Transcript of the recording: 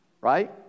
Right